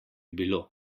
bilo